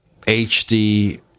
HD